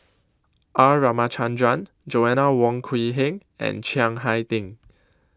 R Ramachandran Joanna Wong Quee Heng and Chiang Hai Ding